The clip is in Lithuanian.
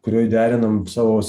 kurioj derinam savo